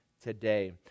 today